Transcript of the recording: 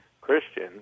Christian